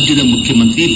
ರಾಜ್ಯದ ಮುಖ್ಯಮಂತ್ರಿ ಬಿ